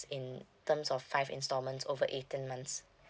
in terms of five installments over eighteen months